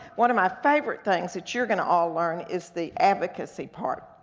one of my favorite things that you're gonna all learn is the advocacy part.